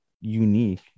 unique